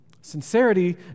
Sincerity